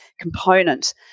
component